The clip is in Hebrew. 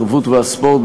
התרבות והספורט,